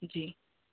जी